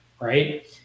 right